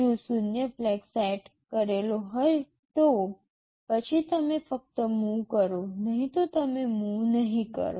જો શૂન્ય flag set કરેલો હોય તો પછી તમે ફક્ત મૂવ કરો નહીં તો તમે મૂવ નહીં કરો